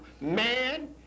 man